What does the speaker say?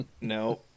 no